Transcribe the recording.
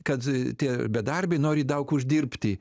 kad tie bedarbiai nori daug uždirbti